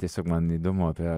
tiesiog man įdomu apie